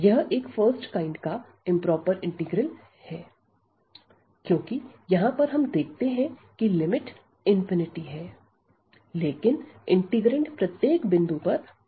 यह एक first kind का इंप्रोपर इंटीग्रल है क्योंकि यहां पर हम देखते हैं कि लिमिट है लेकिन इंटीग्रैंड प्रत्येक बिंदु पर बाउंडेड है